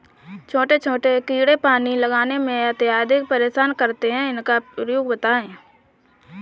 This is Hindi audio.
छोटे छोटे कीड़े पानी लगाने में अत्याधिक परेशान करते हैं इनका उपाय बताएं?